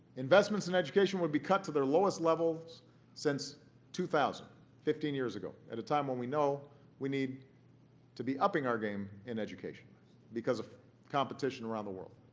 investments in education would be cut to their lowest levels since two thousand fifteen years ago at a time when we know we need to be upping our game in education because of competition around the world